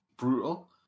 Brutal